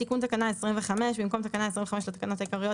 תיקון תקנה 25 7. במקום תקנה 25 לתקנות העיקריות,